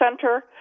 center